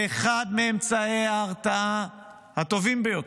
ואחד מאמצעי ההרתעה הטובים ביותר,